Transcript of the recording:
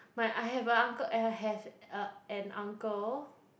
my I have a uncle and I have a an uncle